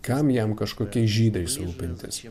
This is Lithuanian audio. kam jam kažkokiais žydais rūpintis